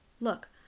Look